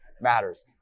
matters